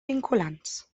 vinculants